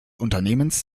unternehmens